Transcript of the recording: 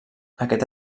aquest